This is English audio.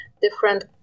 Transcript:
different